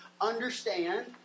understand